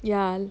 ya